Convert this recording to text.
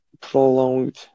prolonged